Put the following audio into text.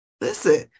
listen